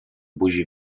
buzi